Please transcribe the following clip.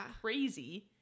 Crazy